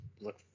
look